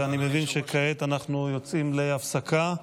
אני מבין שכעת אנחנו יוצאים להפסקה,